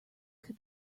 could